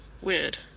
Weird